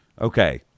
Okay